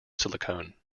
silicone